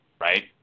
Right